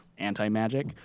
anti-magic